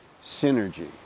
Synergy